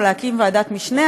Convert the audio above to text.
או להקים ועדת משנה,